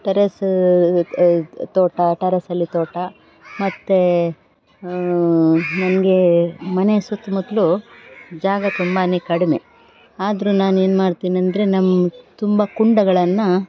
terrace ತೋಟ ಟರೆಸಲ್ಲಿ ತೋಟ ಮತ್ತು ನನ್ಗೆ ಮನೆ ಸುತ್ತಮುತ್ಲು ಜಾಗ ತುಂಬ ಕಡಿಮೆ ಆದರೂ ನಾನು ಏನು ಮಾಡ್ತೀನಂದರೆ ನಮ್ಮ ತುಂಬ ಕುಂಡಗಳನ್ನು